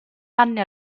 anni